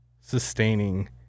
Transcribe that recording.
sustaining